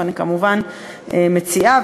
ואני כמובן מציעה,